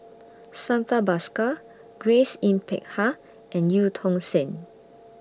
Santha Bhaskar Grace Yin Peck Ha and EU Tong Sen